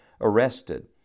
arrested